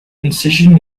incision